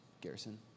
Garrison